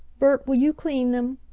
bert, will you clean them?